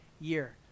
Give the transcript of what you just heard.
year